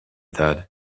that